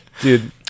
Dude